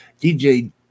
DJ